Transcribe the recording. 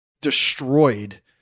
destroyed